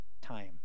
time